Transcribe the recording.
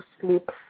sleep